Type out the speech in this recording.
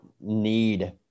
need